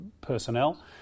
personnel